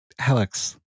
Alex